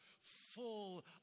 full